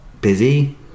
busy